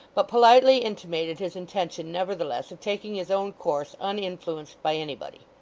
but politely intimated his intention nevertheless of taking his own course uninfluenced by anybody.